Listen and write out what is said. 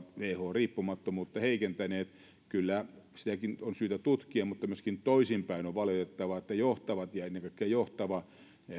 riippumattomuutta heikentäneet kyllä sitäkin on syytä tutkia mutta myöskin toisinpäin on valitettavaa että ennen kaikkea johtava